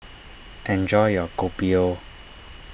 enjoy your Kopi O